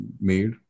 made